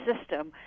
system